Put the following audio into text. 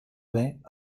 vingts